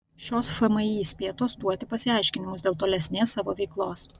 šios fmį įspėtos duoti pasiaiškinimus dėl tolesnės savo veiklos